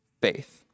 faith